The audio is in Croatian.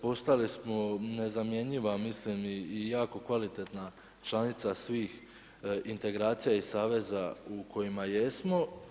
Postali smo nezamjenjiva mislim i jako kvalitetna članica svih integracija i saveza u kojima jesmo.